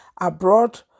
abroad